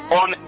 on